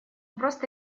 просто